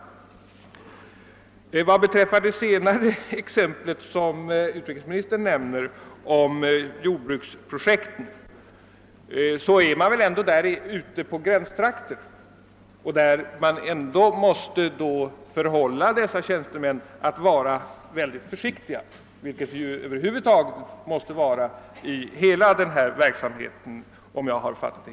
Vad beträffar det senaste exemplet om jordbruksprojekten, som utrikesministern anförde, så är man väl där ändå ute i gränstrakterna. Man måste alltså tillhålla tjänstemännen att vara synnerligen försiktiga — något som över huvud taget gäller för denna verksamhet.